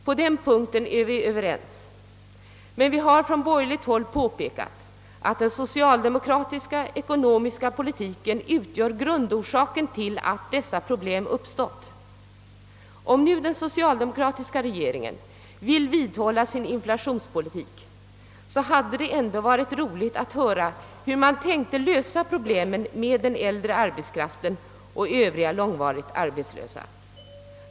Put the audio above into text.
På den punkten är vi överens, men vi har från borgerligt håll påpekat, att den socialdemokratiska ekonomiska politiken utgör grundorsaken till att dessa problem har uppstått. Om nu den socialdemokratiska regeringen vill vidhålla sin inflationspolitik, hade det ändå varit roligt att höra hur man tänker lösa problemet med den äldre arbetskraften och övriga långvarigt arbetslösa.